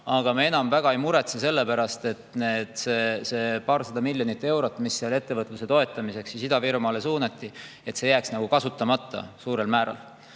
Aga me enam väga ei muretse selle pärast, et need paarsada miljonit eurot, mis ettevõtluse toetamiseks Ida-Virumaale suunati, jääks kasutamata suurel määral.